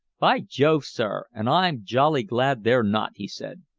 by jove, sir, and i'm jolly glad they're not! he said.